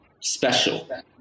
special